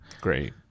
Great